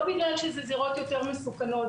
וזה לא בגלל שזה זירות יותר מסוכנות,